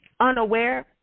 unaware